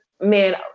man